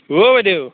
অঁ বাইদেউ